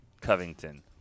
Covington